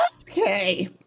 okay